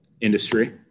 industry